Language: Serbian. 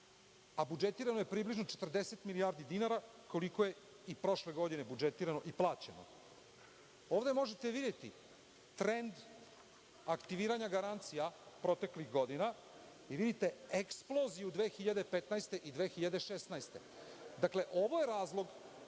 a budžetirano je približno 40 milijardi dinara, koliko je i prošle godine budžetirano i plaćeno. Ovde možete videti trend aktiviranja garancija proteklih godina i vidite eksploziju 2015. i 2016. godine. Dakle, ovo je razlog